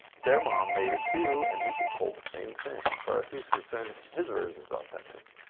their mom made it too, and he's been told the same thing. as far as he's concerned, his version is authentic.